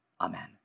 Amen